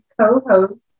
co-host